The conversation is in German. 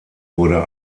wurde